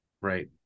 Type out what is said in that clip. Right